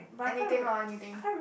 anything lor anything